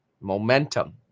Momentum